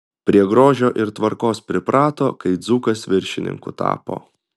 prie grožio ir tvarkos priprato kai dzūkas viršininku tapo